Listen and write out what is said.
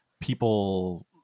people